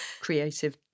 creative